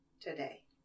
today